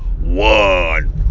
one